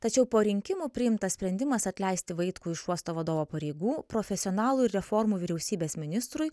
tačiau po rinkimų priimtas sprendimas atleisti vaitkų iš uosto vadovo pareigų profesionalų reformų vyriausybės ministrui